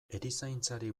erizaintzari